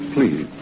Please